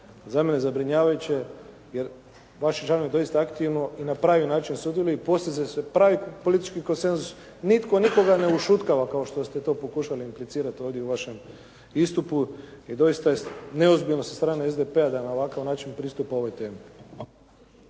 za mene zabrinjavajuće, jer vaši članovi doista aktivno i na prvi način sudjeluju i postiže se pravi politički konsenzus. Nitko nikoga ne ušutkava kao što ste to pokušali implicirati ovdje u vašem istupu i doista je neozbiljno sa strane SDP-a da na ovakav način pristupa ovoj temi.